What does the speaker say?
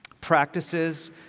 practices